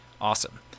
awesome